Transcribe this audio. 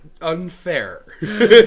unfair